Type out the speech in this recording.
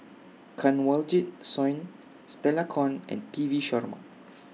Kanwaljit Soin Stella Kon and P V Sharma